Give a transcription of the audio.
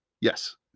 Yes